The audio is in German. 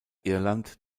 irland